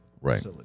right